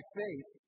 faith